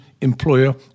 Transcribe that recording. employer